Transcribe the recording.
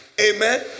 amen